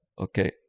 Okay